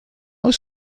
oes